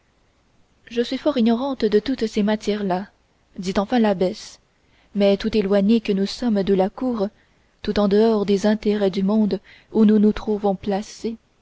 je suis fort ignorante de toutes ces matières là dit enfin l'abbesse mais tout éloignées que nous sommes de la cour tout en dehors des intérêts du monde où nous nous trouvons placées